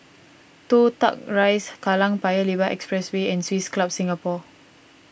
Toh Tuck Rise Kallang Paya Lebar Expressway and Swiss Club Singapore